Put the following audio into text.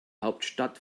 hauptstadt